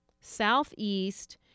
southeast